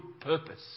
purpose